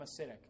acidic